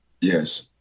Yes